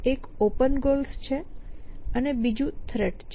એક open goals છે અને બીજું થ્રેટ છે